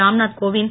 Ramnath Kovind